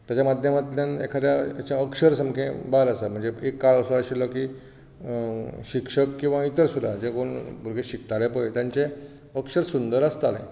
ताचे माध्यमांतल्यान एखाद्या हाचें अक्षर सामकें बाद आसा म्हणजे एक काळ असो आशिल्लो की शिक्षक किंवां इतर सुद्दां जे कोण भुरगे शिकताले पळय तांचे अक्षर सुंदर आसतालें